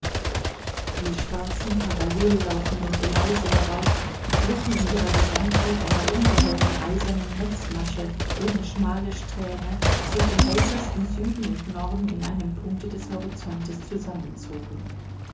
die schwarzen parallellaufenden geleise darauf glichen in ihrer gesamtheit einer ungeheuren eisernen netzmasche deren schmale strähne sich im äußersten süden und norden in einem punkte des horizontes zusammenzogen